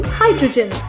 hydrogen